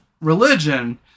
religion